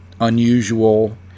unusual